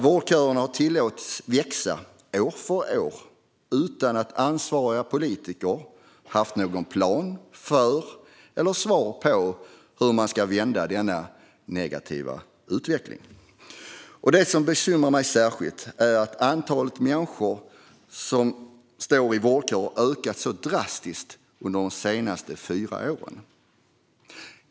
Vårdköerna har tillåtits att växa år för år utan att ansvariga politiker haft någon plan för eller svar på hur man ska vända denna negativa utveckling. Det som bekymrar mig särskilt är att antalet människor som står i vårdköer har ökat drastiskt under de senaste fyra åren.